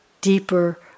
deeper